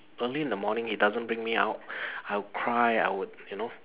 early in the morning he doesn't bring me out I would cry I would you know